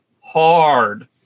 hard